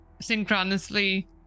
synchronously